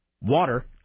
water